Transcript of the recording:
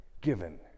given